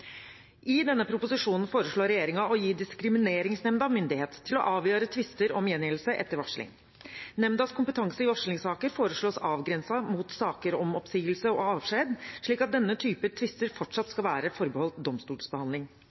I denne proposisjonen foreslår regjeringen å gi Diskrimineringsnemnda myndighet til å avgjøre tvister om gjengjeldelse etter varsling. Nemndas kompetanse i varslingssaker foreslås avgrenset mot saker om oppsigelse og avskjed, slik at denne typen tvister fortsatt skal være forbeholdt domstolsbehandling.